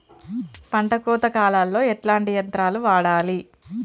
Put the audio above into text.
పంట కోత కాలాల్లో ఎట్లాంటి యంత్రాలు వాడాలే?